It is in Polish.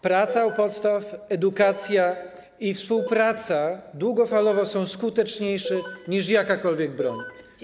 Praca u podstaw, edukacja i współpraca długofalowo są skuteczniejsze niż jakakolwiek broń.